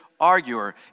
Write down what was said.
arguer